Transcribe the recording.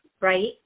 right